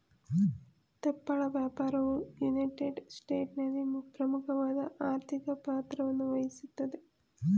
ತುಪ್ಪಳ ವ್ಯಾಪಾರವು ಯುನೈಟೆಡ್ ಸ್ಟೇಟ್ಸ್ನಲ್ಲಿ ಪ್ರಮುಖವಾದ ಆರ್ಥಿಕ ಪಾತ್ರವನ್ನುವಹಿಸ್ತದೆ